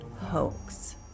hoax